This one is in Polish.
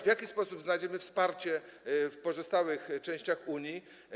W jaki sposób znajdziemy wsparcie w pozostałych częściach Unii?